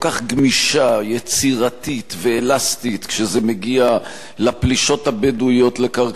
יצירתית ואלסטית כשזה מגיע לפלישות הבדואיות לקרקעות בנגב,